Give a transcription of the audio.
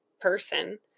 person